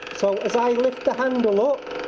so as i lift the handle up